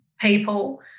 people